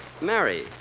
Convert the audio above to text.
Mary